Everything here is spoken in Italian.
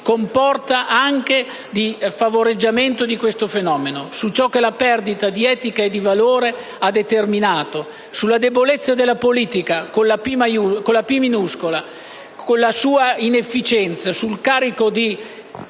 in termini di favoreggiamento di questo fenomeno; su ciò che la perdita di etica e di valori ha determinato, sulla debolezza della politica con la «p» minuscola, sul carico di inefficienze e di